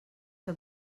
que